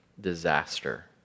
disaster